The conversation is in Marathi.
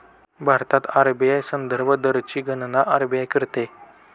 भारतात आर.बी.आय संदर्भ दरची गणना आर.बी.आय करते